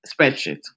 spreadsheet